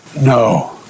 no